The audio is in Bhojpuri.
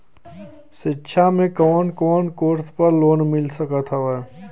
शिक्षा मे कवन कवन कोर्स पर लोन मिल सकत हउवे?